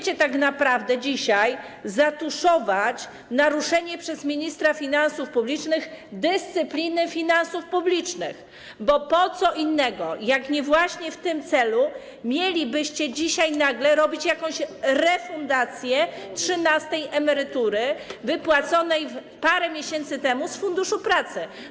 Dzisiaj tak naprawdę próbujecie zatuszować naruszenie przez ministra finansów publicznych dyscypliny finansów publicznych, bo po co innego, jak nie właśnie w tym celu, mielibyście dzisiaj nagle robić jakąś refundację trzynastej emerytury wypłaconej parę miesięcy temu z Funduszu Pracy?